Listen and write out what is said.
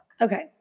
Okay